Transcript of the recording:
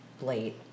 late